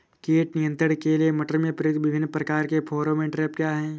कीट नियंत्रण के लिए मटर में प्रयुक्त विभिन्न प्रकार के फेरोमोन ट्रैप क्या है?